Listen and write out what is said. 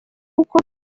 kuko